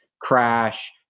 crash